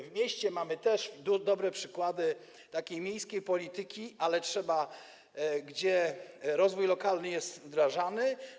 W mieście mamy też dobre przykłady takiej miejskiej polityki, gdzie rozwój lokalny jest wdrażany.